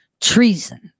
treason